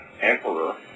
emperor